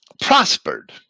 prospered